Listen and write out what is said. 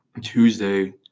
Tuesday